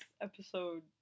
episode